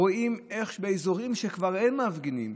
רואים: באזורים שכבר אין מפגינים,